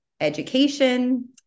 education